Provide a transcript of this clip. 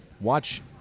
Watch